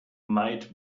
might